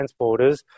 transporters